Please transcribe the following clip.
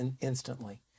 instantly